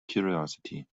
curiosity